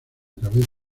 cabeza